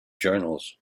journals